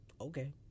okay